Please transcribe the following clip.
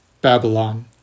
babylon